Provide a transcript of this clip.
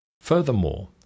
Furthermore